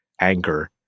anger